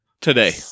Today